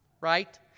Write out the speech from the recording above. right